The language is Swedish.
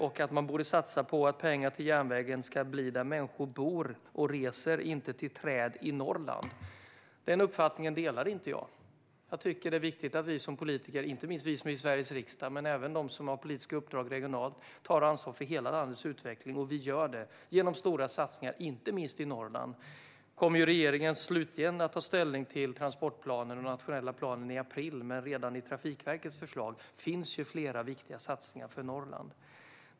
I stället borde man satsa på pengar till järnvägen där människor bor och reser och inte till träd i Norrland. Den uppfattningen delar inte jag. Jag tycker att det är viktigt att vi politiker, inte minst vi i Sveriges riksdag och även de som har politiska uppdrag regionalt, tar ansvar för hela landets utveckling. Vi gör det genom stora satsningar inte minst i Norrland. Nu kommer regeringen slutligen att ta ställning till transportplanen och nationella planen i april, men redan i Trafikverkets förslag finns flera viktiga satsningar för Norrland.